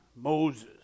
Moses